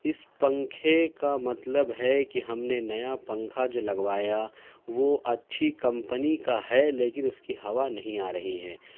اس پنکھے کا مطلب ہے کہ ہم نے نیا پنکھا جو لگوایا وہ اچھی کمپنی کا ہے لیکن اس کی ہوا نہیں آ رہی ہے